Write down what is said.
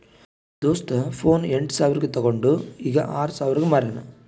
ನಮ್ದು ದೋಸ್ತ ಫೋನ್ ಎಂಟ್ ಸಾವಿರ್ಗ ತೊಂಡು ಈಗ್ ಆರ್ ಸಾವಿರ್ಗ ಮಾರ್ಯಾನ್